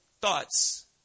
thoughts